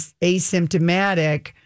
asymptomatic